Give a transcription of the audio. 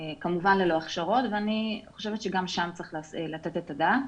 כמובן ללא הכשרות ואני חושבת שגם שם צריך לתת את הדעת.